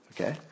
Okay